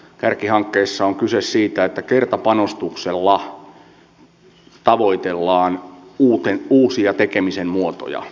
kärkihankkeissa on kyse siitä että kertapanostuksella tavoitellaan uusia tekemisen muotoja